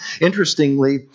interestingly